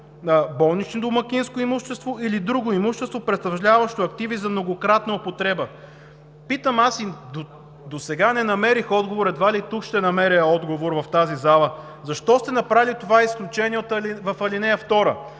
„болнично домакинско имущество или друго имущество, представляващо активи за многократна употреба“. Питам аз и досега не намерих отговор, едва ли ще намеря отговор тук, в тази зала: защо сте направили това изключение в ал. 2?